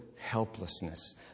helplessness